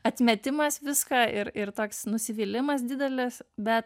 atmetimas visko ir ir toks nusivylimas didelis bet